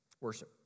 worship